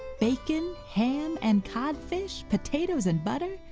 bacon, ham, and codfish, potatoes and butter,